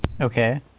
okay